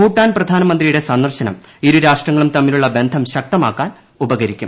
ഭൂട്ടാൻ പ്രധാനമന്ത്രിയുടെ സന്ദർശനം ഇരുരാഷ്ട്രങ്ങളും തമ്മിലുള്ള ബന്ധം ശക്തമാക്കാൻ ഉപകരിക്കും